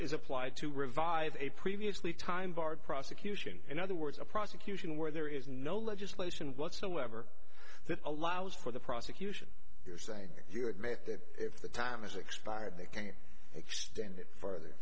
is applied to revive a previously time barred prosecution in other words a prosecution where there is no legislation whatsoever that allows for the prosecution you're saying you admit that if the time is expired they can extend it further